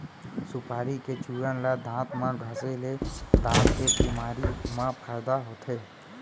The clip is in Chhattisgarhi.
सुपारी के चूरन ल दांत म घँसे ले दांत के बेमारी म फायदा होथे